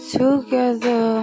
together